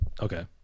Okay